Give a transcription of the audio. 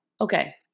Okay